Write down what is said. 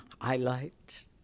highlight